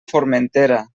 formentera